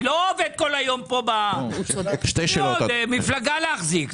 אני לא עובד כל היום פה ב יש לי עוד מפלגה להחזיק.